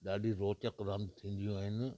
ॾाढी रोचक रांदियूं थींदियूं आहिनि